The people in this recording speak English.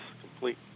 complete